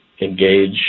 engage